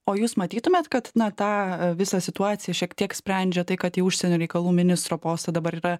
o jūs matytumėt kad na tą visą situaciją šiek tiek sprendžia tai kad į užsienio reikalų ministro postą dabar yra